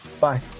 Bye